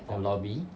the lobby